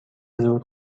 زود